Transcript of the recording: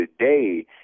today